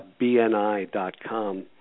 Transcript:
BNI.com